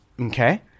Okay